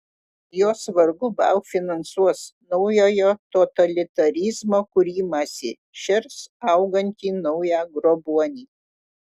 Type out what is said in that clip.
jos vargu bau finansuos naujojo totalitarizmo kūrimąsi šers augantį naują grobuonį